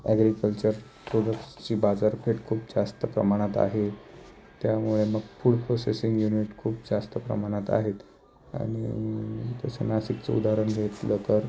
agriculture प्रोडक्सची बाजारपेठ खूप जास्त प्रमाणात आहे त्यामुळे मग फूड प्रोसेसिंग युनिट खूप जास्त प्रमाणात आहेत आणि तसं नासिकचं उदाहरण घेतलं तर